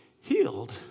healed